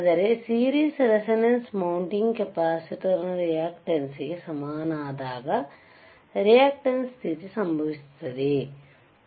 ಆದರೆ series resonance mounting capacitor ನ reactance ಗೆ ಸಮನಾದಾಗ ರಿಯಾಕ್ಟೆಂಸ್ ಸ್ಥಿತಿ ಸಂಭವಿಸುತ್ತದೆಯೇ